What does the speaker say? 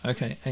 Okay